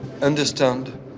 understand